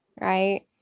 right